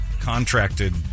contracted